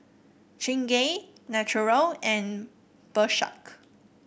Chingay Naturel and Bershka